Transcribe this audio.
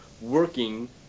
working